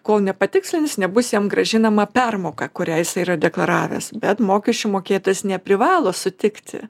kol nepatikslins nebus jam grąžinama permoka kurią jisai yra deklaravęs bet mokesčių mokėtojas neprivalo sutikti